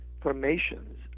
formations